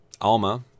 Alma